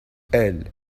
elles